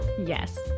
Yes